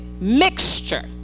mixture